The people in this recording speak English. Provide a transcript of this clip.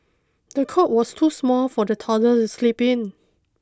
the cot was too small for the toddler to sleep in